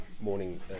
morning